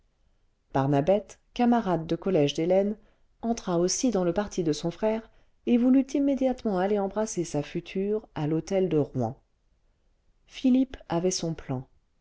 barnabette camarade de collège d'hélène entra aussi dans le parti de son frère et voulut immédiatement aller embrasser sa future à l'hôtel de rouen philippe avait son plan